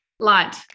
Light